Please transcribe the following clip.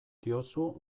diozu